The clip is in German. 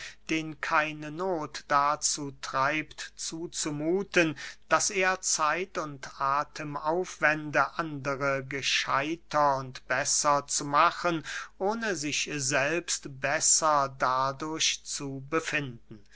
den keine noth dazu treibt zuzumuthen daß er athem aufwende andere gescheidter und besser zu machen ohne sich selbst besser dadurch zu befinden